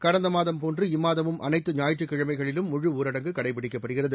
கடந்த மாதம் போன்று இம்மாதமும் அனைத்து ஞாயிற்றுக்கிழமைகளிலும் முழுஊரடங்கு கடைபிடிக்கப்படுகிறது